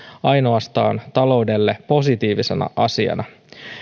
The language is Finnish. ainoastaan taloudelle positiivisena asiana